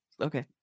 okay